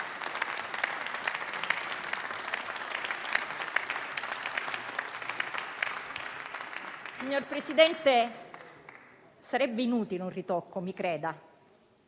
Signor Presidente, sarebbe inutile un ritocco, mi creda.